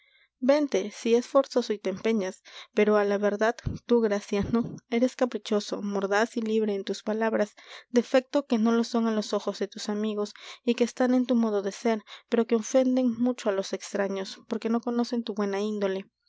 vente si es forzoso y te empeñas pero á la verdad tú graciano eres caprichoso mordaz y libre en tus palabras defectos que no lo son á los ojos de tus amigos y que están en tu modo de ser pero que ofenden mucho á los extraños porque no conocen tu buena índole